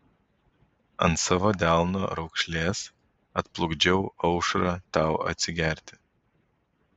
ant savo delno raukšlės atplukdžiau aušrą tau atsigerti